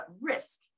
risk